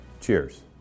Cheers